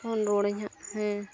phone ᱨᱩᱣᱟᱹᱲᱟᱹᱧ ᱦᱟᱸᱜ ᱦᱮᱸ